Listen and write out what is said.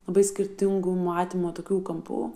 labai skirtingų matymo tokių kampų